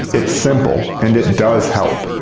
it's simple and it does help.